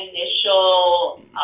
initial